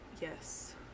Yes